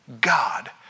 God